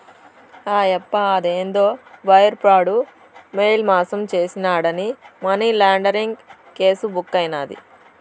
ఆయప్ప అదేందో wire fraud, mail మాసం చేసినాడాని మనీలాండరీంగ్ కేసు బుక్కైనాది